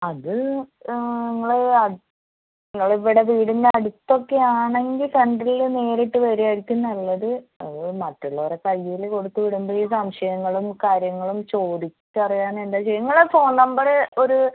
അത് ഇങ്ങൾ ഇങ്ങളിവിടെ വീടിൻ്റടുത്തൊക്കെയാണെങ്കിൽ സെൻ്റർൽ നേരിട്ട് വരുവായിരിക്കും നല്ലത് അത് മറ്റുള്ളവരെ കയ്യിൽ കൊടുത്തുവിടുമ്പോഴീ സംശയങ്ങളും കാര്യങ്ങളും ചോദിച്ചറിയാനെന്താ ചെയ്യുക നിങ്ങളെ ഫോൺ നമ്പറ് ഒരു